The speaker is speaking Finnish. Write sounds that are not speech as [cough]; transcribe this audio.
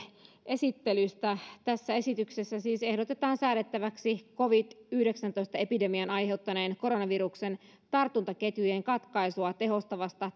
esittelystä tässä esityksessä siis ehdotetaan säädettäväksi covid yhdeksäntoista epidemian aiheuttaneen koronaviruksen tartuntaketjujen katkaisua tehostavasta [unintelligible]